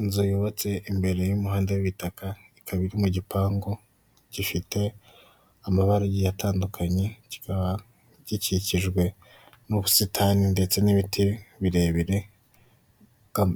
Inzu yubatse imbere y'umuhanda w'ibitaka, ikaba iri mu gipangu gifite amabara atandukanye kikaba gikikijwe n'ubusitani ndetse n'ibiti birebire